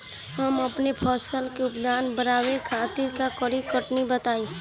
हम अपने फसल के उत्पादन बड़ावे खातिर का करी टनी बताई?